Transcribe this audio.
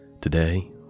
Today